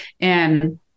And-